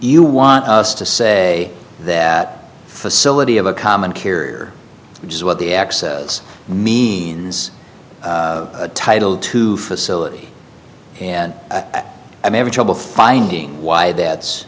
either want us to say that facility of a common carrier which is what the access means title to facility and i'm having trouble finding why that's